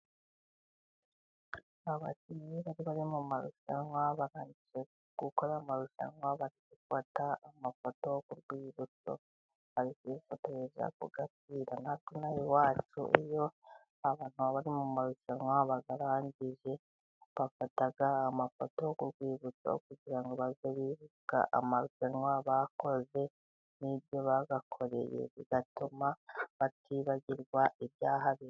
Abakinnyi benshi bari mu marushanwa barangije gukora amarushanwa bafata amafoto y'urwibutso. Natwe inaha iwacu iyo abantu bari mu marushanwa bayarangije bafata amafoto y'urwibutso, kugira ngo bajye bibuka amarushanwa bakoze n'ibyo bahakoreye, bigatuma batibagirwa ibyahabereye.